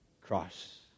cross